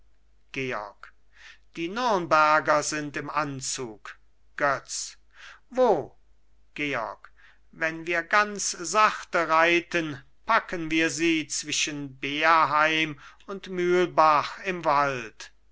georg die nürnberger sind im anzug götz wo georg wenn wir ganz sachte reiten packen wir sie zwischen beerheim und mühlbach im wald